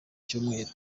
cyumweru